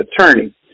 attorney